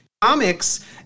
Comics